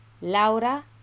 Laura